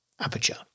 aperture